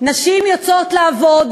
נשים יוצאות לעבוד